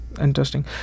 interesting